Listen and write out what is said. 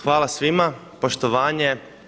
Hvala svima, poštovanje.